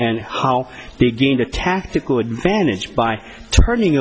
and how they gained a tactical advantage by turning